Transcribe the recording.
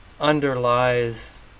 underlies